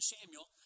Samuel